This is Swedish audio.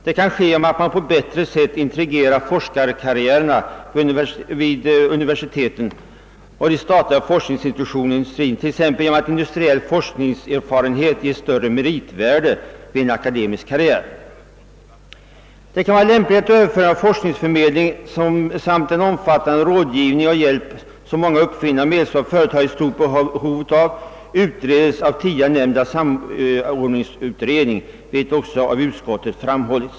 Det kan ske genom att man på ett bättre sätt än tidigare integrerar forskarkarriärerna vid universiteten med de statliga forskningsinstitutionerna och industrierna, t.ex. genom att industriell forskningserfarenhet ges större meritvärde vid en akademisk karriär. Det kan vara lämpligt att överföringen av forskningsförmedling samt den omfattande rådgivning och hjälp som många uppfinnare och medelstora företag är i stort behov av utredes av tidigare nämnda samordningsutredning. Utskottet har också förordat detta.